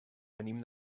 venim